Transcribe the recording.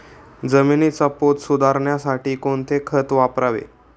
जमिनीचा पोत सुधारण्यासाठी कोणते खत वापरावे?